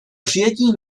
přijetí